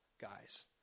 guys